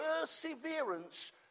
perseverance